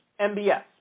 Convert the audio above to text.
MBS